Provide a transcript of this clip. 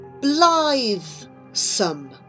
Blithesome